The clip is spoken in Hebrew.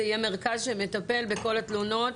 זה יהיה מרכז שמטפל בכל התלונות,